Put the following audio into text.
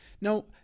Now